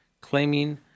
claiming